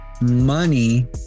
money